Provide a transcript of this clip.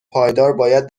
پایدارmباید